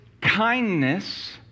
kindness